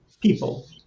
people